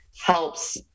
helps